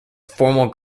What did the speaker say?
formal